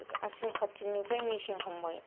आसिन कार्तिकनिफ्राय मेसें हमबाय